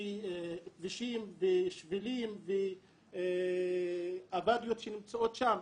שהכבישים והשבילים והוואדיות שנמצאות שם,